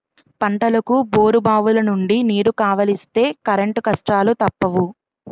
పంటలకు బోరుబావులనుండి నీరు కావలిస్తే కరెంటు కష్టాలూ తప్పవు